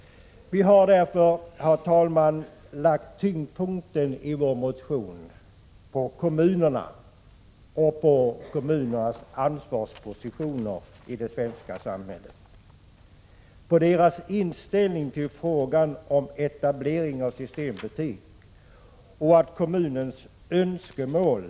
Vi har därför, herr talman, i vår motion lagt tyngdpunkten på kommuner = Prot. 1986/87:29 na, på deras ansvarspositioner i det svenska samhället, deras inställning till 19 november 1986 frågan om etablering av systembutiker. Vi anser att kommunernas önskemål = Jb.